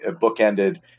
book-ended